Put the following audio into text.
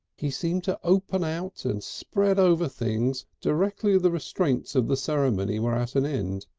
he seemed to open out and spread over things directly the restraints of the ceremony were at an end.